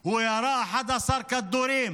ירה 11 כדורים